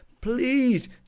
Please